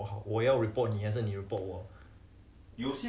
很像已经:hen xiang yijing community 有那个:youna ge kampung spirit 你帮我帮你